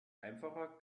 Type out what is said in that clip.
einfacher